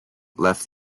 left